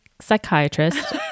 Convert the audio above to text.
psychiatrist